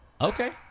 Okay